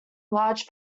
large